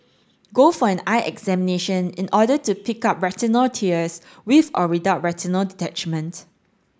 go for an eye examination in order to pick up retinal tears with or without retinal detachment